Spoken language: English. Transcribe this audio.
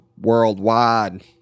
worldwide